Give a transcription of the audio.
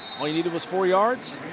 all he needed was four yards.